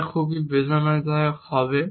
এটা খুব বেদনাদায়ক হবে